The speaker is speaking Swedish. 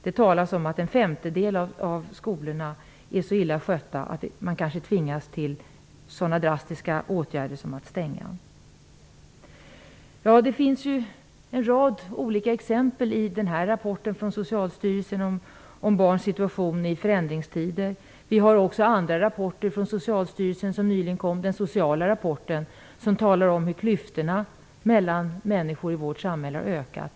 Det talas om att en femtedel av skolorna är så illa skötta att det kan vara nödvändigt att tvingas till så drastiska åtgärder som att stänga dem. Det finns en rad exempel i rapporten från Socialstyrelsen om barns situation i förändringstider. Vi har också andra rapporter från Socialstyrelsen. Nyligen kom den sociala rapporten som talar om hur klyftorna mellan människor i vårt samhälle har ökat.